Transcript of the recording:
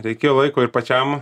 reikėjo laiko ir pačiam